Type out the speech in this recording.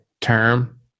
term